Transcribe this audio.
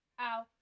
Ow